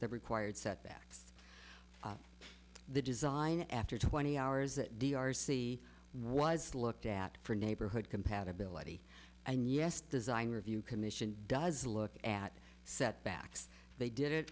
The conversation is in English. that required setbacks the design after twenty hours that d r c was looked at for neighborhood compatibility and yes design review commission does look at setbacks they did it